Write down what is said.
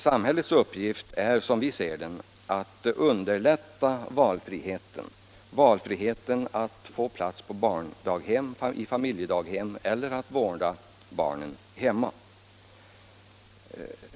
Samhällets uppgift är, som vi ser den, att förbättra valfriheten när det gäller att få plats på barndaghem eller familjedaghem eller att vårda barnen hemma.